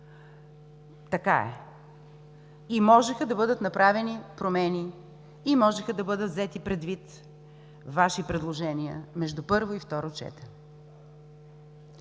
Така е. И можеха да бъдат направени промени, и можеха да бъдат взети предвид Ваши предложения между първо и второ четене.